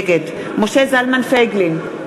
נגד משה זלמן פייגלין,